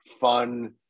fun